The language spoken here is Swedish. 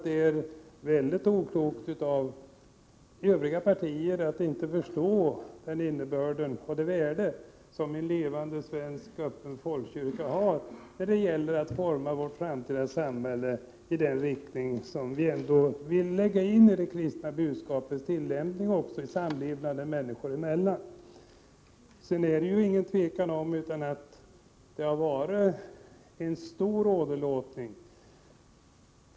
Det är mycket oklokt av Övriga partier att inte inse det värde som en levande svensk öppen folkkyrka har när det gäller att forma vårt framtida samhälle i linje med den tillämpning som vi vill göra av det kristna budskapet i samlevnaden människor emellan. Det är vidare inget tvivel om att en stor åderlåtning har skett.